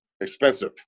Expensive